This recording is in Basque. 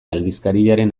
aldizkariaren